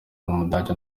umudage